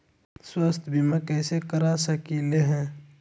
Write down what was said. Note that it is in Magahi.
स्वाथ्य बीमा कैसे करा सकीले है?